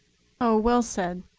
oh, well said,